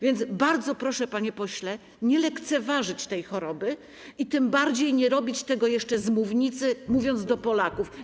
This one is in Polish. Więc bardzo proszę, panie pośle, nie lekceważyć tej choroby i tym bardziej nie robić tego jeszcze z mównicy, mówiąc do Polaków.